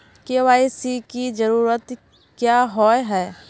KYC की जरूरत क्याँ होय है?